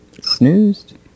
snoozed